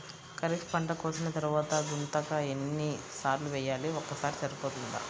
ఖరీఫ్ పంట కోసిన తరువాత గుంతక ఎన్ని సార్లు వేయాలి? ఒక్కసారి సరిపోతుందా?